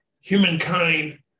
humankind